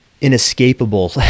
inescapable